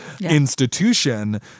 institution